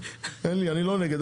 אני לא נגד.